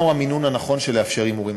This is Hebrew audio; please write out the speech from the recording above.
מהו המינון הנכון שבו צריך לאפשר הימורים,